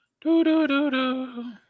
Do-do-do-do